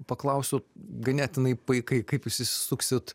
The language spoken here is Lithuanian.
paklausiu ganėtinai paikai kaip išsisuksit